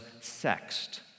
sexed